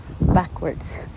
backwards